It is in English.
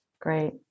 Great